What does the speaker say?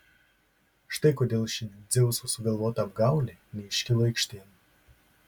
štai kodėl ši dzeuso sugalvota apgaulė neiškilo aikštėn